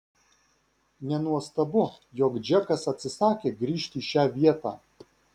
nenuostabu jog džekas atsisakė grįžt į šią vietą